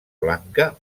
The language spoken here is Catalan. blanca